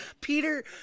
Peter